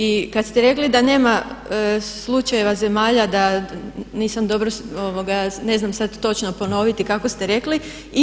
I kad ste rekli da nema slučajeva zemalja, nisam dobro, ne znam sad točno ponoviti kako ste rekli.